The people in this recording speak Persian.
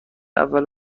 اول